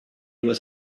was